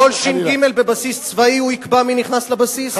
כל ש"ג בבסיס צבאי, הוא יקבע מי נכנס לבסיס?